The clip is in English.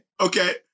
Okay